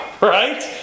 Right